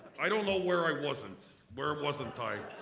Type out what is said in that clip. i don't know where i wasn't where wasn't i?